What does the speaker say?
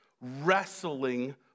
wrestling